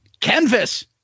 Canvas